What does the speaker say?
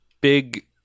big